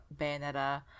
Bayonetta